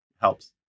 Helps